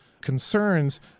concerns